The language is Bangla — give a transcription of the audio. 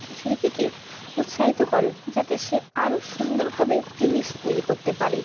শিল্পীকে উৎসাহিত করে যাতে সে আরও সুন্দরভাবে জিনিস তৈরি করতে পারে